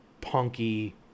punky